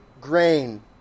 grain